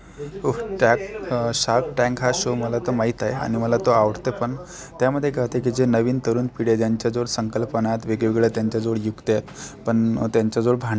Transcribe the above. त्यात shark tank हा show मला तर माहीत आहे आणि मला तो आवडतो पण त्यामध्ये काय होते की जे नवीन तरुण पिढ्या त्यांच्याजवळ संकल्पना आहेत वेगवेगळ्या त्यांच्याजवळ युक्त्या आहेत पण त्यांच्याजवळ भांडवल नाही आहे